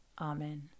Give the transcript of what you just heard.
Amen